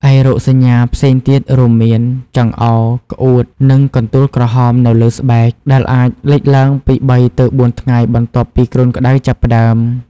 ឯរោគសញ្ញាផ្សេងទៀតរួមមាន ចង្អោរ ក្អួត និង កន្ទួលក្រហម នៅលើស្បែក ដែលអាចលេចឡើងពី ៣ ទៅ ៤ ថ្ងៃបន្ទាប់ពីគ្រុនក្តៅចាប់ផ្តើម។